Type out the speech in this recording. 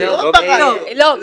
לא,